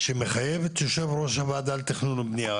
שמחייב את יושב ראש הוועדה לתכנון ובנייה,